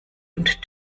und